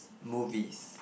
movies